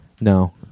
No